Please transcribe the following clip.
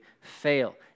fail